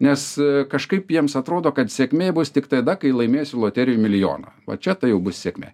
nes kažkaip jiems atrodo kad sėkmė bus tik tada kai laimėsiu loterijoj milijoną va čia tai jau bus sėkmė